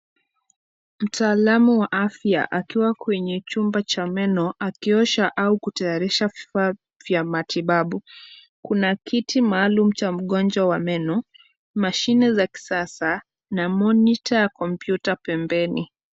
Mtaalamu wa afya akiwa kwenye chumba cha meno akiosha au kutayarisha vifaa vya matibabu. Kuna kiti maalum cha mgonjwa wa meno, mashine za kisasa na monitor ya kompyuta pembeni.